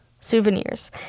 souvenirs